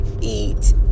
eat